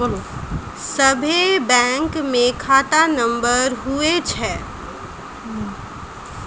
सभे बैंकमे खाता नम्बर हुवै छै